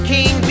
King